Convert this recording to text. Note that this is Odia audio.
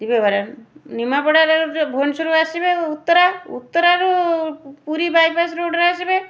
ଦିବ୍ୟାବିହାର ନିମାପଡ଼ାରେ ଯେଉଁ ଭୁବନେଶ୍ୱରରୁ ଆସିବେ ଆଉ ଉତ୍ତରା ଉତ୍ତରାରୁ ପୁରୀ ବାଇପାସ୍ ରୋଡ଼ରେ ଆସିବେ